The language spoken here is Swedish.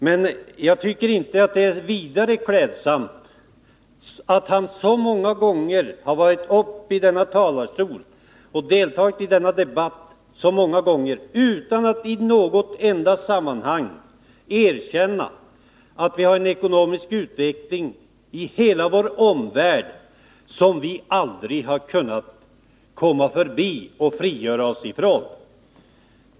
Det är inte vidare klädsamt att Svante Lundkvist så många gånger har varit uppe i denna talarstol och deltagit i denna debatt utan att i något enda sammanhang erkänna att vi har en ekonomisk utveckling i hela vår omvärld som vi aldrig har kunnat frigöra oss ifrån.